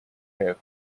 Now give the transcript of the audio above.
you